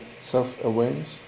Self-awareness